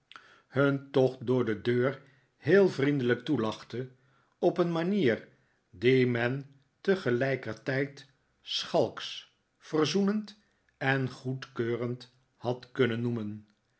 hun toch door de deur heel vriendelijk toelachte op een manier die men tegelijkertijd schalksch verzoenend en goedkeurend had kunnen noemen